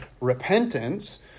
repentance